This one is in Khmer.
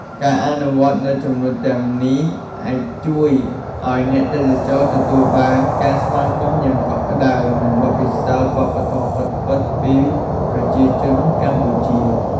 ការអនុវត្តនូវចំណុចទាំងនេះអាចជួយឱ្យអ្នកទេសចរទទួលបានការស្វាគមន៍យ៉ាងកក់ក្តៅ និងបទពិសោធន៍វប្បធម៌ពិតៗពីប្រជាជនកម្ពុជា។